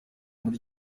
muri